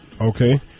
Okay